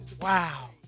Wow